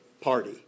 party